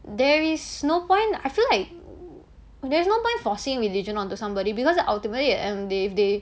there is no point I feel like there's no point forcing religion onto somebody because ultimately they they